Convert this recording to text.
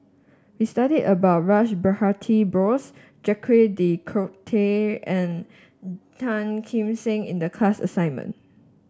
we studied about Rash Behari Bose Jacques De Coutre and Tan Kim Seng in the class assignment